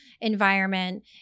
environment